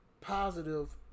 Positive